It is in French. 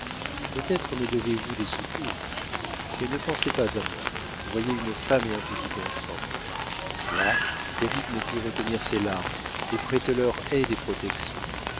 peut-être me devez-vous des secours mais ne pensez pas à moi voyez une femme et un petit enfant là david ne put retenir ses larmeset prêtez leur aide et protection